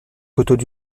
coteaux